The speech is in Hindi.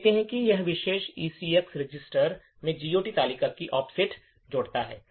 हम देखते हैं कि यह विशेष निर्देश ECX रजिस्टर में GOT तालिका की ऑफसेट जोड़ता है